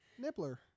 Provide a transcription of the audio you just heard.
Nibbler